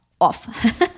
Off